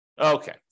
Okay